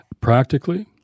Practically